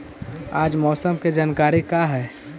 आज मौसम के जानकारी का हई?